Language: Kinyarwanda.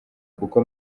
kuko